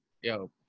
Yo